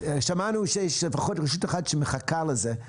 שמענו שיש לפחות רשות אחת שמחכה לזה.